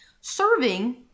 Serving